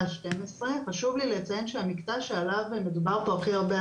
12. חשוב לי לציין שהמקטע עליו מודבר פה הכי הרבה,